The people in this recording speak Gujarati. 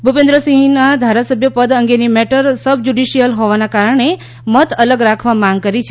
ભુપેન્દ્રસિંહના ધારાસભ્ય પદ અંગેની મેટર સબજ્યુડિશિયલ હોવાના કારણે મત અલગ રાખવા માંગ કરી છે